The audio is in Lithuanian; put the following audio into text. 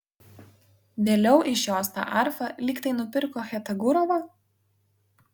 vėliau iš jos tą arfą lyg tai nupirko chetagurova